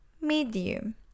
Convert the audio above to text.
Medium